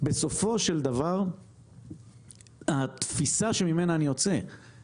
היכולת שלנו לייצר חקלאות מדברית זה העתיד.